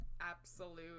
absolute